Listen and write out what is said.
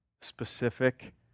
specific